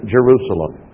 Jerusalem